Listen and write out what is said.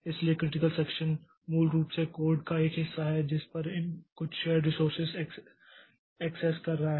इसलिए critical section मूल रूप से कोड का एक हिस्सा है जिस पर इन कुछ शेर्ड रिसोर्सस एक्सेस कर रहा है